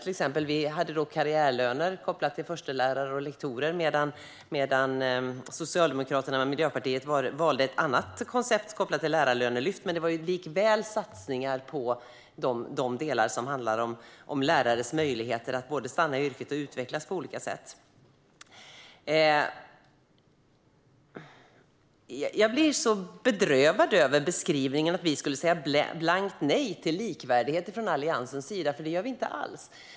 Vi hade karriärlöner kopplade till förstelärare och lektorer, medan Socialdemokraterna och Miljöpartiet valde ett annat koncept med ett lärarlönelyft. Likväl gjordes satsningar på de delar som handlar om lärares möjligheter att både stanna i yrket och utvecklas på olika sätt. Jag blir bedrövad över beskrivningen att vi i Alliansen skulle säga blankt nej till likvärdighet. Det gör vi inte alls.